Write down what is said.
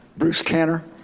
bruce canner.